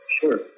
Sure